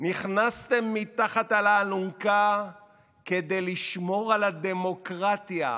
נכנסתם מתחת לאלונקה כדי לשמור על הדמוקרטיה.